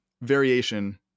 variation